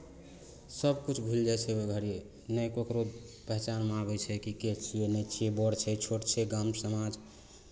सभकिछु भुलि जाइ छै ओहि घड़ी नहि कोइ ककरो पहचानमे आबै छै कि के छियै नहि छियै बड़ छै छोट छै गाम समाज